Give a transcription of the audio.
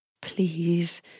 Please